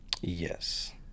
Yes